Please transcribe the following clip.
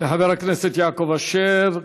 לחבר הכנסת יעקב אשר.